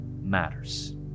matters